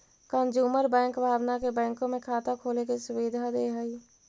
consumer bank भावना के बैंकों में खाता खोले के सुविधा दे हइ